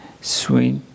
sweet